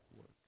work